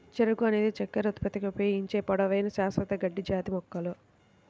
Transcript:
చెరకు అనేది చక్కెర ఉత్పత్తికి ఉపయోగించే పొడవైన, శాశ్వత గడ్డి జాతి మొక్క